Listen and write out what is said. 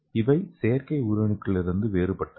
இவை செயற்கை உயிரணுக்களிலிருந்து வேறுபட்டவை